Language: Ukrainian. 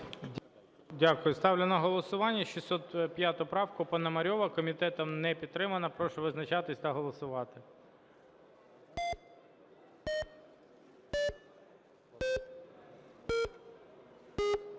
Дякую. Ставлю на голосування 605 правку Пономарьова. Комітетом не підтримана. Прошу визначатись та голосувати.